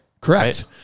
Correct